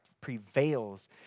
prevails